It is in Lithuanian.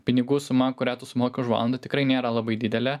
pinigų suma kurią tu sumoki už valandą tikrai nėra labai didelė